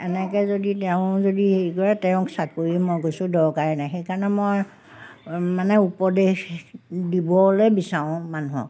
এনেকৈ যদি তেওঁ যদি হেৰি কৰে তেওঁক চাকৰি মই গৈছোঁ দৰকাৰে নাই সেইকাৰণে মই মানে উপদেশ দিবলৈ বিচাৰোঁ মানুহক